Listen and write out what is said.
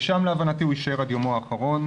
ושם להבנתי הוא יישאר עד יומו האחרון,